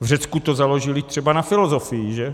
V Řecku to založili třeba na filozofii, že?